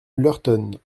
lurton